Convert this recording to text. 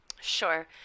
Sure